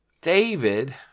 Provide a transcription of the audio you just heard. David